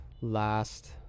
last